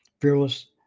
Fearless